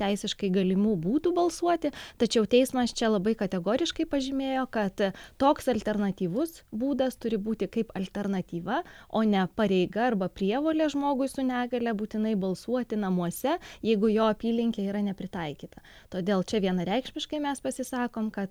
teisiškai galimų būdų balsuoti tačiau teismas čia labai kategoriškai pažymėjo kad toks alternatyvus būdas turi būti kaip alternatyva o ne pareiga arba prievolė žmogui su negalia būtinai balsuoti namuose jeigu jo apylinkė yra nepritaikyta todėl čia vienareikšmiškai mes pasisakom kad